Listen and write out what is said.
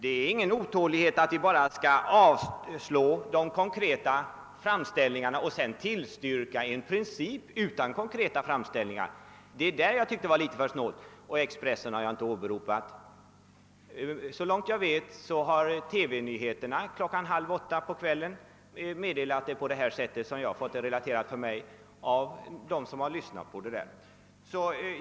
Det ligger ingen otålighet i att vända sig mot att riksdagen bara skall avslå de konkreta framställningarna och sedan tillstyrka en princip utan konkreta framställningar. Det är det jag tyckte var litet för snålt. Expressen har jag inte åberopat. Så långt jag vet har TV-nyheterna kl. 19.30 meddelat saken på det sätt som jag har fått det relaterat för mig av dem som har lyssnat.